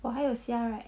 我还有虾 right